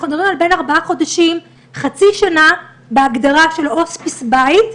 אנחנו מדברים על בין ארבעה חודשים לחצי שנה בהגדרה של הוספיס בית,